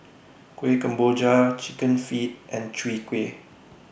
Kuih Kemboja Chicken Feet and Chwee Kueh